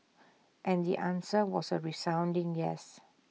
and the answer was A resounding yes